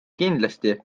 kindlasti